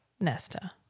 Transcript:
Nesta